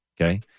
Okay